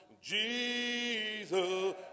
Jesus